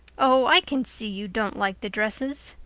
oh, i can see you don't like the dresses!